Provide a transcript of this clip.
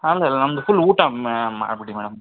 ಅಲ್ಲಲ್ಲ ನಮ್ದು ಫುಲ್ ಊಟ ಮಾಡ್ಬಿಡಿ ಮೇಡಮ್